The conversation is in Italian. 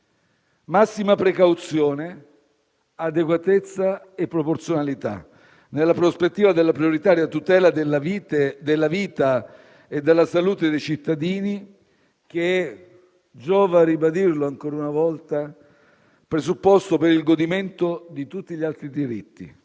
massima precauzione, adeguatezza e proporzionalità, nella prospettiva della prioritaria tutela della vita e della salute dei cittadini che - giova ribadirlo ancora una volta - è presupposto per il godimento di tutti gli altri diritti.